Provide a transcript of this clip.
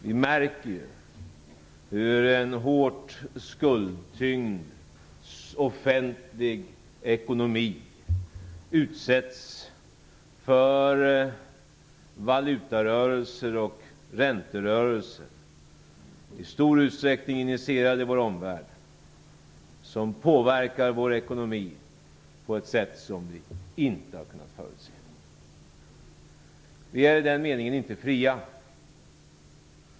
Vi märker hur en hårt skuldtyngd offentlig ekonomi utsätts för valutarörelser och ränterörelser, i stor utsträckning initierade av vår omvärld, som påverkar vår ekonomi på ett sätt som vi inte har kunnat förutse. Vi är i den meningen inte fria.